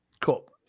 Cool